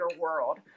world